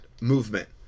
movement